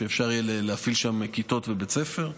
כדי שאפשר יהיה להפעיל שם כיתות ובית ספר.